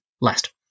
last